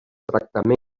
tractament